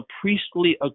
priestly